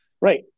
Right